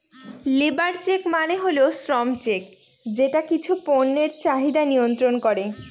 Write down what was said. labour check মানে হল শ্রম চেক যেটা কিছু পণ্যের চাহিদা মিয়ন্ত্রন করে